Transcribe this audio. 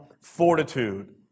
fortitude